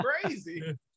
crazy